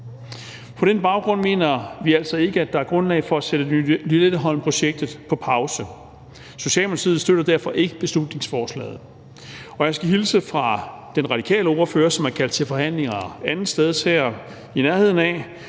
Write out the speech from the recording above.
På den baggrund mener vi altså ikke, der er grundlag for at sætte Lynetteholmprojektet på pause. Socialdemokratiet støtter derfor ikke beslutningsforslaget. Og jeg skal hilse fra den radikale ordfører, som er kaldt til forhandlinger andetsteds her i nærheden,